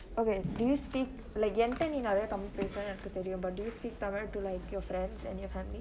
okay do you speak like ஏன்ட நீ நெரையா தமிழ் பேசுவனு எனக்கு தெரியு:ente nee neraiya tamil pesuvenu enaku teriyu but do you speak tamil to like your friends and your family